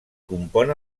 compon